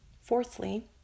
Fourthly